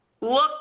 Look